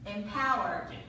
Empowered